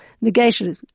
negation